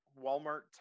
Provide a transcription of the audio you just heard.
Walmart